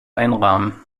einrahmen